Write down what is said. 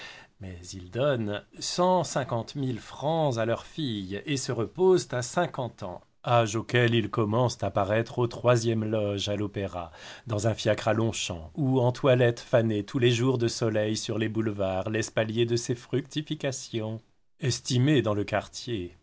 mais ils donnent cent cinquante mille francs à leur fille et se reposent à cinquante ans âge auquel ils commencent à paraître aux troisièmes loges à l'opéra dans un fiacre à longchamp ou en toilette fanée tous les jours de soleil sur les boulevards l'espalier de ces fructifications estimés dans le quartier